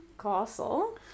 Castle